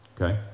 Okay